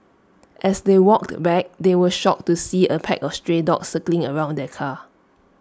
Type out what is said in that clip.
as they walked back they were shocked to see A pack of stray dogs circling around their car